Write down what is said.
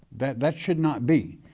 that that should not be.